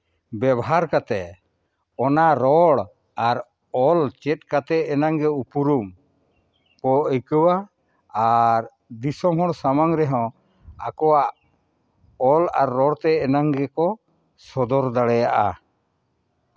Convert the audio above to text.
ᱵᱮᱣᱦᱟᱨ ᱠᱟᱛᱮ ᱚᱱᱟ ᱨᱚᱲ ᱟᱨ ᱚᱞ ᱪᱮᱫ ᱠᱟᱛᱮ ᱮᱱᱟᱝ ᱜᱮ ᱩᱯᱨᱩᱢ ᱠᱚ ᱟᱹᱭᱠᱟᱣᱟ ᱟᱨ ᱫᱤᱥᱚᱢ ᱦᱚᱲ ᱥᱟᱢᱟᱝ ᱨᱮᱦᱚᱸ ᱟᱠᱚᱣᱟᱜ ᱚᱞ ᱟᱨ ᱨᱚᱲᱛᱮ ᱮᱱᱟᱝ ᱜᱮᱠᱚ ᱥᱚᱫᱚᱨ ᱫᱟᱲᱮᱭᱟᱜᱼᱟ